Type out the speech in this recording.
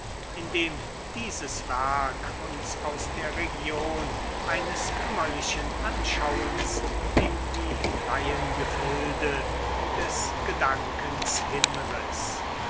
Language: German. indem dieses werk uns aus der region eines kümmerlichen anschauens in die freien gefilde des gedankens hinriß